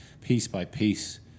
piece-by-piece